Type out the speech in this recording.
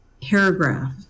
paragraph